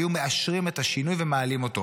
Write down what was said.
היו מאשרים את השינוי ומעלים אותו.